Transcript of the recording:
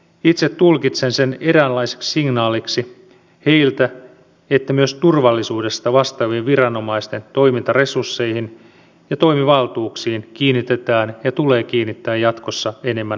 itse tulkitsen sen eräänlaiseksi signaaliksi heiltä että myös turvallisuudesta vastaavien viranomaisten toimintaresursseihin ja toimivaltuuksiin kiinnitetään ja tulee kiinnittää jatkossa enemmän huomiota